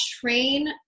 train